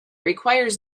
requires